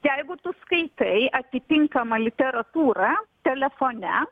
jeigu tu skaitai atitinkamą literatūrą telefone